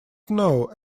know